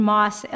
Moss